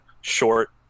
short